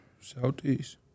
Southeast